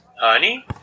Honey